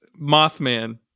Mothman